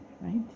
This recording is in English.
Right